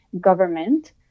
government